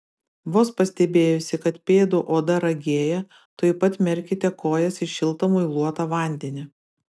vos pastebėjusi kad pėdų oda ragėja tuoj pat merkite kojas į šiltą muiluotą vandenį